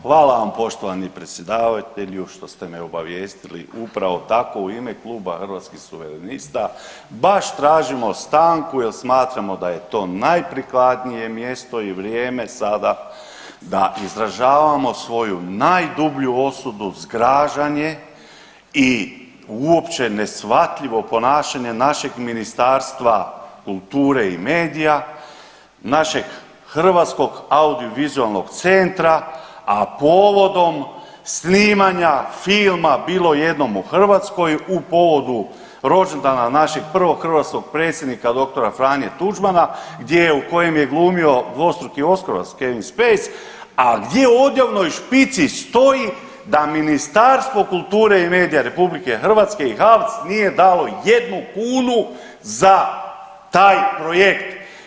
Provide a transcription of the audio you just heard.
Hvala vam poštovani predsjedavatelju što ste me obavijestili, upravo tako u ime Kluba Hrvatskih suverenista baš tražimo stanku jel smatramo da je to najprikladnije mjesto i vrijeme sada da izražavamo svoju najdublju osudu zgražanje i uopće neshvatljivo ponašanje našeg Ministarstva kulture i medija, našeg Hrvatskog audiovizualnog centra, a povodom snimanja filma „Bilo jednom u Hrvatskoj“ u povodu rođendana našeg prvog hrvatskog predsjednika dr. Franje Tuđmana gdje je, u kojem je glumio dvostruki oskarovac Kevin Spacey, a gdje u odjavnoj špici stoji da Ministarstvo kulture i medija RH i HAVC nije dao jednu kunu za taj projekt.